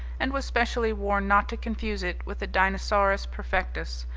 and was specially warned not to confuse it with the dinosaurus perfectus,